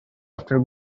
after